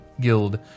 guild